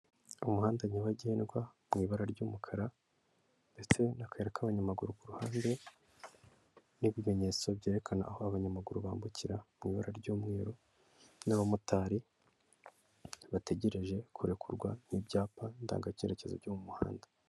Umuhanda nyabagendwa, mu ibara ry'umukara ndetse n'akayira k'abanyamaguru ku ruhande, n'ibimenyetso byerekana aho abanyamaguru bambukira, mu ibara ry'umweru, n'abamotari bategereje kurekurwa, n'ibyapa ndanga cyeyerekezo byo mu muhanda.